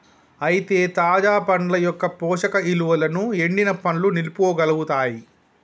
అయితే తాజా పండ్ల యొక్క పోషక ఇలువలను ఎండిన పండ్లు నిలుపుకోగలుగుతాయి